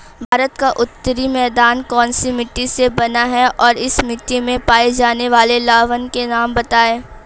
भारत का उत्तरी मैदान कौनसी मिट्टी से बना है और इस मिट्टी में पाए जाने वाले लवण के नाम बताइए?